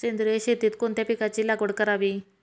सेंद्रिय शेतीत कोणत्या पिकाची लागवड करावी?